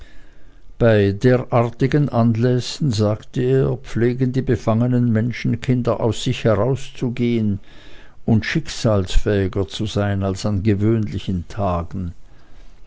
bei derartigen anlässen sagte er pflegen die befangenen menschenkinder aus sich herauszugehen und schicksalsfähiger zu sein als in gewöhnlichen tagen